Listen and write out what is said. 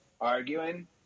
arguing